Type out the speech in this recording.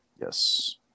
Yes